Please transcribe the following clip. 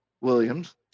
Williams